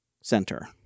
center